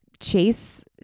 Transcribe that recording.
chase